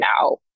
now